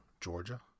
Georgia